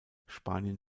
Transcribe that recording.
spanien